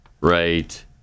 Right